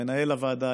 מנהל הוועדה,